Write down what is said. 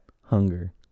hunger